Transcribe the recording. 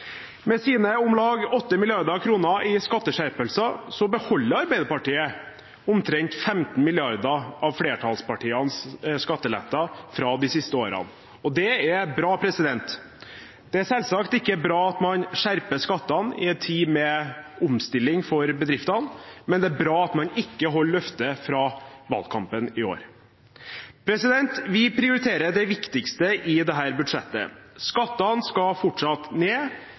Med sine om lag 8 mrd. kr i skatteskjerpelser beholder Arbeiderpartiet omtrent 15 mrd. kr av flertallspartienes skatteletter fra de siste årene. Det er bra. Det er selvsagt ikke bra at man skjerper skattene i en tid med omstilling for bedriftene, men det er bra at man ikke holder løftet fra valgkampen i år. Vi prioriterer det viktigste i dette budsjettet. Skattene skal fortsatt ned,